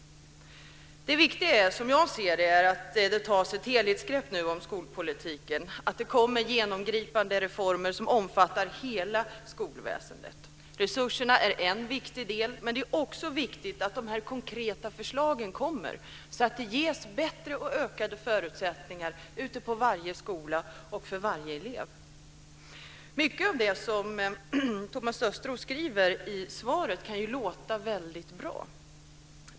Det viktiga är, som jag ser det, att det tas ett helhetsgrepp om skolpolitiken och att det kommer genomgripande reformer som omfattar hela skolväsendet. Resurserna är en viktig del, men det är också viktigt att det kommer konkreta förslag, så att det ges bättre förutsättningar ute på varje skola och för varje elev. Mycket av det som Thomas Östros skriver i svaret kan låta väldigt bra.